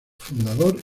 fundador